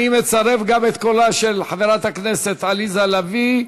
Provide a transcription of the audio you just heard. אני מצרף גם את קולה של חברת הכנסת עליזה לביא,